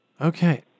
Okay